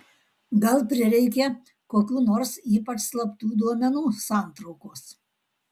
gal prireikė kokių nors ypač slaptų duomenų santraukos